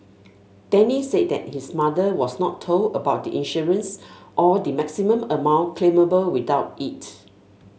Denny said that his mother was not told about the insurance or the maximum amount claimable without it